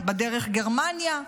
בדרך גרמניה,